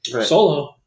solo